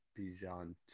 Bijan